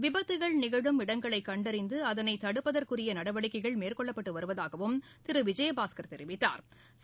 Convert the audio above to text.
விபத்துக்கள் நிகழும் இடங்களைக் கண்டறிந்து அதனை தடுப்பதற்குரிய நடவடிக்கைகள் மேற்கொள்ளப்பட்டு வருவதாகம் திரு விஜயபாஸ்கள் தெரிவித்தாா்